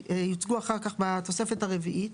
שיוצגו אחר כך בתוספת הרביעית.